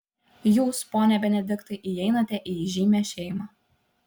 jūs pone benediktai įeinate į įžymią šeimą